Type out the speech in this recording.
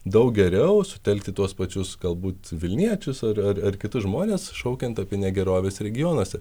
daug geriau sutelkti tuos pačius galbūt vilniečius ar kitus žmones šaukiant apie negeroves regionuose